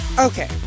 Okay